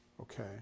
Okay